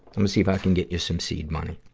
i'ma see if i can get you some seed money.